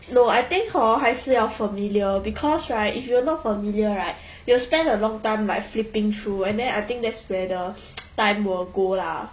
no I think hor 还是要 familiar because right if you're not familiar right you will spend a long time like flipping through and then I think that's where the time will go lah